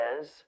says